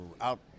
out